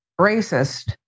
racist